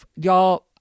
y'all